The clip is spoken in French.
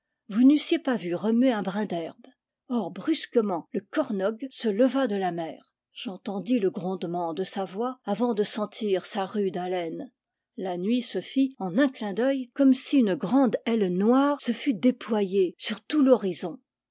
vous n'eussiez pas vu remuer un brin d'herbe or brusquement le kornog se leva de la mer j'entendis le grondement de sa voix avant de sentir sa rude haleine la nuit se fit en un clin d'oeil comme si une grande aile noire se fût déployée sur tout